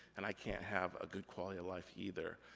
and i can't have a good quality of life, either.